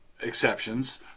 exceptions